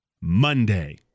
Monday